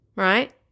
Right